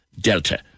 Delta